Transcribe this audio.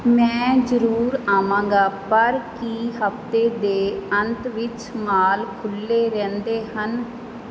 ਮੈਂ ਜ਼ਰੂਰ ਆਵਾਂਗਾ ਪਰ ਕੀ ਹਫ਼ਤੇ ਦੇ ਅੰਤ ਵਿੱਚ ਮਾਲ ਖੁੱਲ੍ਹੇ ਰਹਿੰਦੇ ਹਨ